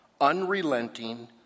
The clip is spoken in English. unrelenting